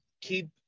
keep